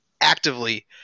actively